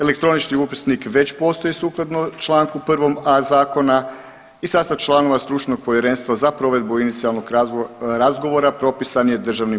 Elektronični upisnik već postoji sukladno čl. 1a Zakona i sastav članova stručnog povjerenstva za provedbu inicijalnog razgovora propisan je DPS-om.